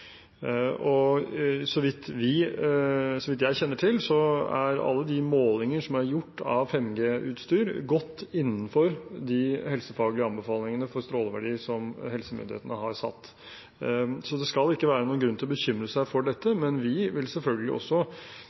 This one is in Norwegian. bruk. Så vidt jeg kjenner til, er alle målinger som er gjort av 5G-utstyr, godt innenfor de helsefaglige anbefalingene for stråleverdier som helsemyndighetene har satt. Det skal ikke være noen grunn til å bekymre seg for dette. Men vi vil selvfølgelig også,